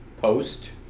post